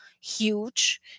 huge